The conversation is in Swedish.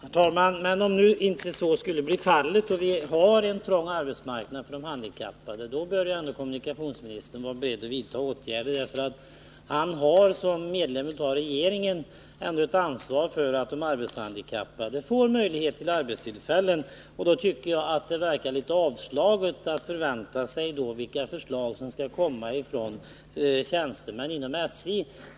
Herr talman! Men om nu inte så skulle bli fallet och vi har en trång arbetsmarknad för de handikappade, bör väl ändå kommunikationsministern vara beredd att vidta åtgärder. Han har som medlem av regeringen ändå ett ansvar för att de arbetshandikappade får arbetstillfällen. Därför tycker jag det verkar låt mig säga litet avslaget att bara vänta på vilka förslag som skall komma från tjänstemän inom SJ.